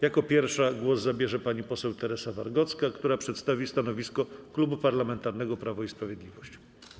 Jako pierwsza głos zabierze pani poseł Teresa Wargocka, która przedstawi stanowisko Klubu Parlamentarnego Prawo i Sprawiedliwość.